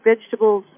vegetables